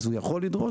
אז הוא יכול לדרוש,